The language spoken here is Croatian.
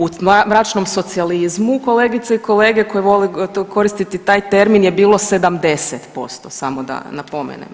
U mračnom socijalizmu kolegice i kolege koje vole koristiti taj termin je bilo 70% samo da napomenem.